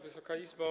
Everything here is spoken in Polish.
Wysoka Izbo!